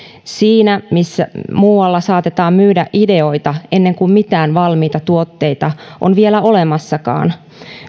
siinä missä muualla saatetaan myydä ideoita ennen kuin mitään valmiita tuotteita on vielä olemassakaan